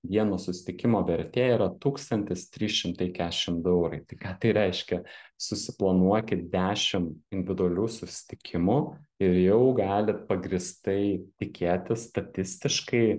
vieno susitikimo vertė yra tūkstantis trys šimtai kešim du eurai tai ką tai reiškia susiplanuokit dešim individualių susitikimų ir jau galit pagrįstai tikėtis statistiškai